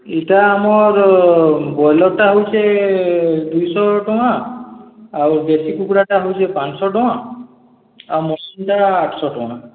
ଇଟା ଆମର ବ୍ରୟଲର୍ଟା ହେଉଛେଁ ଦୁଇଶହ ଟଙ୍କା ଆଉ ଦେଶୀ କୁକୁଡ଼ାଟା ହେଉଛେଁ ପାଞ୍ଚଶହ ଟଙ୍କା ଆଉ ଆଠଶହ ଟଙ୍କା